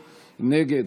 נגד,